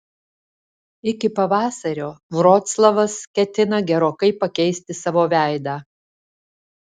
iki pavasario vroclavas ketina gerokai pakeisti savo veidą